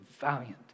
valiant